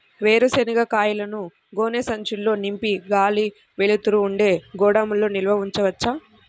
వేరుశనగ కాయలను గోనె సంచుల్లో నింపి గాలి, వెలుతురు ఉండే గోదాముల్లో నిల్వ ఉంచవచ్చా?